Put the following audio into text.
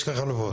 איזה חלופות?